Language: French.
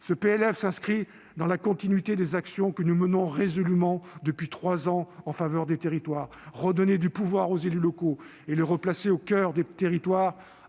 Ce PLF s'inscrit dans la continuité des actions que nous menons résolument depuis trois ans en faveur des territoires. Il s'agit de redonner du pouvoir aux élus locaux et de les replacer au coeur des territoires,